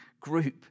group